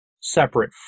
separate